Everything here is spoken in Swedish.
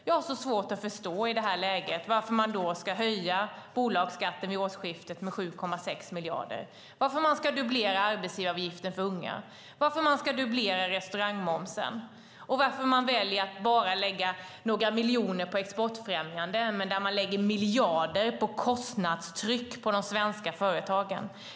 Jag har så svårt att i detta läge förstå varför man då vill höja bolagsskatten vid årsskiftet med 7,6 miljarder, varför man ska dubblera arbetsgivaravgiften för unga, varför man ska dubblera restaurangmomsen och varför man väljer att bara lägga några miljoner på exportfrämjande medan man lägger miljarder på kostnadstryck på de svenska företagen.